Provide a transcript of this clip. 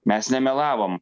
mes nemelavom